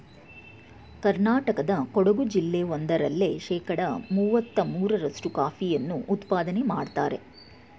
ಕರ್ನಾಟಕದ ಕೊಡಗು ಜಿಲ್ಲೆ ಒಂದರಲ್ಲೇ ಶೇಕಡ ಮುವತ್ತ ಮೂರ್ರಷ್ಟು ಕಾಫಿಯನ್ನು ಉತ್ಪಾದನೆ ಮಾಡ್ತರೆ